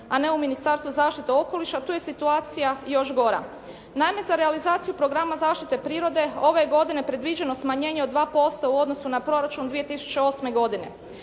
a ne u Ministarstvu zaštite okoliša tu je situacija još gora. Naime za realizaciju programa zaštite prirode ove je godine predviđeno smanjenje od 2% u odnosu na Proračun 2008. godine.